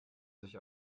sich